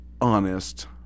honest –